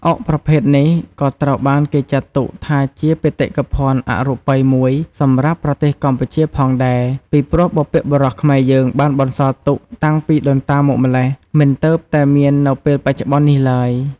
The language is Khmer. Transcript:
អុកប្រភេទនេះ ក៏ត្រូវបានគេចាត់ទុកថាជាបេតិកភណ្ឌអរូបីមួយសម្រាប់ប្រទេសកម្ពុជាផងដែរ ពីព្រោះបុព្វបុរសខ្មែរយើងបានបន្សល់ទុកតាំងពីដូនតាមកម្លេះ មិនទើបតែមាននៅពែលបច្ចុប្បន្ននេះឡើយ។